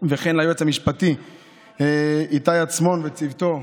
ליועץ המשפטי איתי עצמון וצוותו,